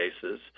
cases